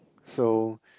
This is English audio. so